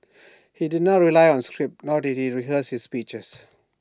he did not rely on A script nor did he rehearse his speeches